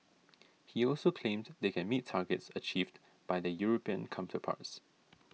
he also claimed they can meet targets achieved by their European counterparts